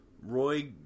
Roy